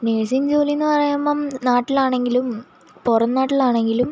nursing ജോലിയെന്ന് പറയുമ്പം നാട്ടിലാണെങ്കിലും പുറം നാട്ടിലാണെങ്കിലും